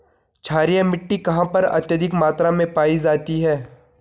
क्षारीय मिट्टी कहां पर अत्यधिक मात्रा में पाई जाती है?